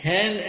Ten